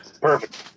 perfect